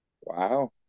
Wow